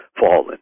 fallen